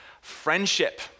friendship